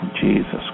Jesus